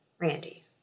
Randy